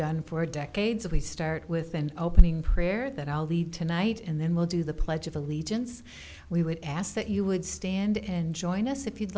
done for decades we start with an opening prayer that i'll lead tonight and then we'll do the pledge of allegiance we would ask that you would stand and join us if you'd